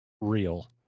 real